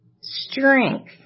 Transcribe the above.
strength